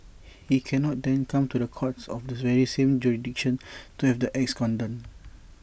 he cannot then come to the courts of the very same jurisdiction to have the acts condoned